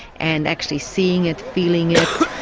and actually seeing it, feeling it,